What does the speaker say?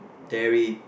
dairy